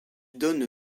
donne